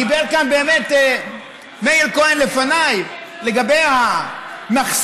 דיבר כאן מאיר כהן לפניי, לגבי המחסומים,